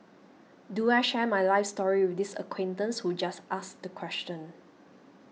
do I share my life story with this acquaintance who just asked the question